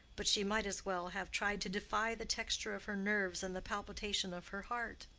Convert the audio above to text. but she might as well have tried to defy the texture of her nerves and the palpitation of her heart.